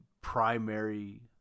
primary